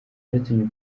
byatumye